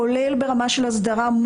כולל ברמה של הסדרה,